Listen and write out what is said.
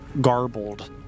garbled